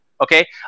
okay